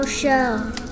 show